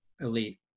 elite